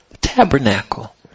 tabernacle